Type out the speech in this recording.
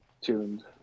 tuned